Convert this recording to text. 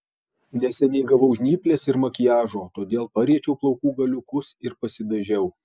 neseniai gavau žnyples ir makiažo todėl pariečiau plaukų galiukus ir pasidažiau